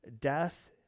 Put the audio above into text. death